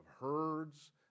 herds